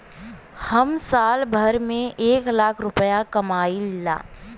हम साल भर में एक लाख रूपया कमाई ला